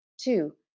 Two